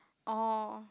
oh